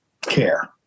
care